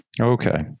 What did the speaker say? Okay